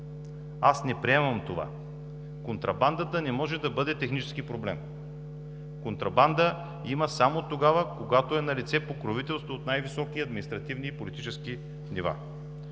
Аз не приемам това. Контрабандата не може да бъде технически проблем. Контрабанда има само, когато е налице покровителство от най-високи административни и политически нива.